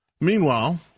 Meanwhile